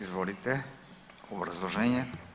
Izvolite obrazloženje.